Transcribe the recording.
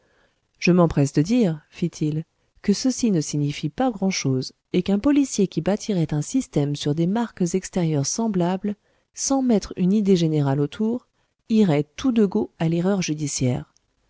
je m'empresse de dire fit-il que ceci ne signifie pas grand'chose et qu'un policier qui bâtirait un système sur des marques extérieures semblables sans mettre une idée générale autour irait tout de go à l'erreur judiciaire